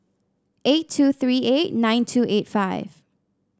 eight two three eight nine two eight five